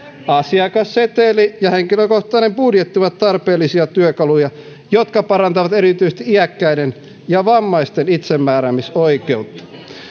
asiakasseteli ja henkilökohtainen budjetti ovat tarpeellisia työkaluja jotka parantavat erityisesti iäkkäiden ja vammaisten itsemääräämisoikeutta